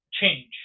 change